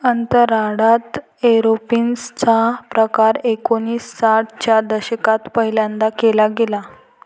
अंतराळात एरोपोनिक्स चा प्रकार एकोणिसाठ च्या दशकात पहिल्यांदा केला गेला